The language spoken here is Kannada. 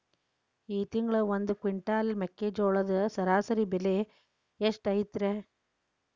ಈ ತಿಂಗಳ ಒಂದು ಕ್ವಿಂಟಾಲ್ ಮೆಕ್ಕೆಜೋಳದ ಸರಾಸರಿ ಬೆಲೆ ಎಷ್ಟು ಐತರೇ?